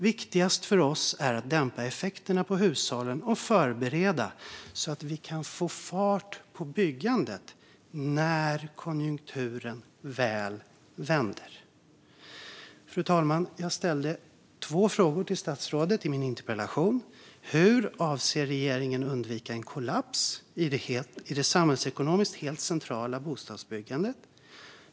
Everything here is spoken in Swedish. Viktigast för oss är att dämpa effekterna på hushållen och förbereda så att vi kan få fart på byggandet när konjunkturen väl vänder, säger han till Byggindustrin." Fru talman! Jag ställde två frågor till statsrådet i min interpellation. Den första var: Hur avser regeringen att undvika en kollaps i det för samhällsekonomin helt centrala bostadsbyggandet?